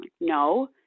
No